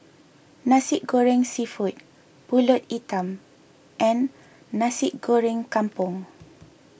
Nasi Goreng Seafood Pulut Hitam and Nasi Goreng Kampung